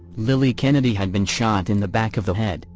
lillie kennedy had been shot in the back of the head,